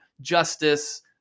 justice